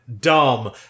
Dumb